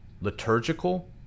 liturgical